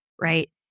right